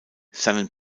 seinen